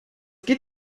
geht